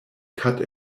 cut